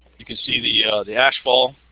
can see the the ash fall